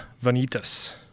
Vanitas